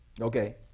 Okay